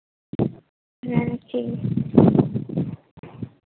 ᱦᱮᱸ ᱴᱷᱤᱠ ᱜᱮᱭᱟ